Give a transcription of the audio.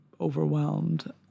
overwhelmed